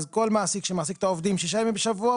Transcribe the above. אז כל מעסיק שמעסיק את העובדים שישה ימים בשבוע,